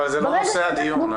אבל זה לא נושא הדיון.